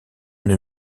une